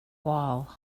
wall